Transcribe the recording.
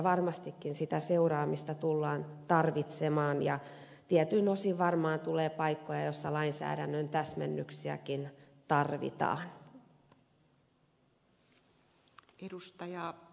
varmastikin sitä seuraamista tullaan tarvitsemaan ja tietyin osin varmaan tulee paikkoja joissa lainsäädännön täsmennyksiäkin tarvitaan